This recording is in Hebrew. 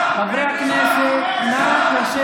בושה.